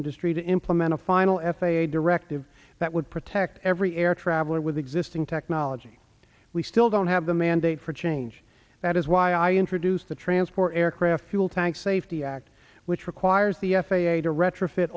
industry to implement a final f a a directive that would protect every air traveler with existing technology we still don't have the mandate for change that is why i introduced the transport aircraft fuel tank safety act which requires the f a a to retrofit